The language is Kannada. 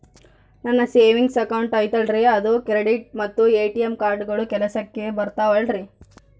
ನನ್ನ ಸೇವಿಂಗ್ಸ್ ಅಕೌಂಟ್ ಐತಲ್ರೇ ಅದು ಕ್ರೆಡಿಟ್ ಮತ್ತ ಎ.ಟಿ.ಎಂ ಕಾರ್ಡುಗಳು ಕೆಲಸಕ್ಕೆ ಬರುತ್ತಾವಲ್ರಿ?